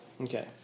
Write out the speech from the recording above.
Okay